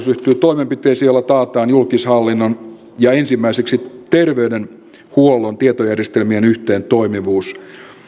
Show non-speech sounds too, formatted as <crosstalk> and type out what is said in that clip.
<unintelligible> ryhtyy toimenpiteisiin joilla taataan julkishallinnon ja ensimmäiseksi terveydenhuollon tietojärjestelmien yhteentoimivuus